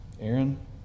Aaron